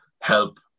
help